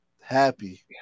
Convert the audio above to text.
Happy